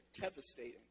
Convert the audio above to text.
devastating